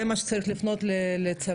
זה מה שצריך לפנות לצבא.